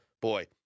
boy